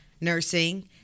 nursing